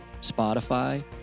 Spotify